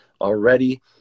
already